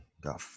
Got